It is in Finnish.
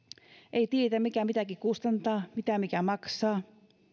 ei tiedetä mitä mikäkin kustantaa mitä mikäkin maksaa